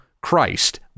Christ